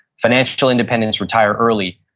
financial independence retire early.